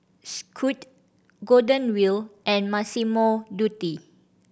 Scoot Golden Wheel and Massimo Dutti